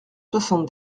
soixante